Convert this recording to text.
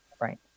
Right